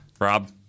Rob